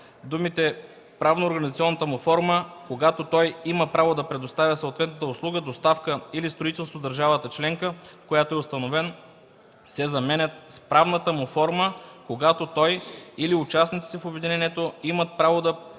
думите „правноорганизационната му форма, когато той има право да предоставя съответната услуга, доставка или строителство в държавата членка, в която е установен” се заменят с „правната му форма, когато той или участниците в обединението имат право да предоставят